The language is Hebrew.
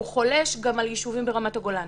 והוא חולש גם על ישובים ברמת-הגולן.